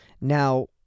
Now